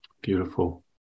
Beautiful